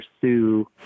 pursue